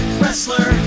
wrestler